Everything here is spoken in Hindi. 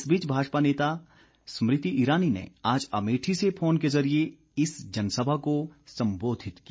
इस बीच भाजपा नेता स्मृति ईरानी ने आज अमेठी से फोन के जरिए इस जनसभा को सम्बोधित किया